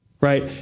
Right